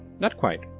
not quite.